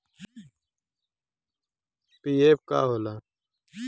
PF का होला?